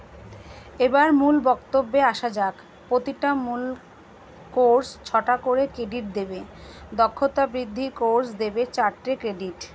এবার মূল বক্তব্যে আসা যাক প্রতিটা মূল কোর্স ছটা করে ক্রেডিট দেবে দক্ষতা বৃদ্ধির কোর্স দেবে চারটে ক্রেডিট